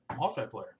multiplayer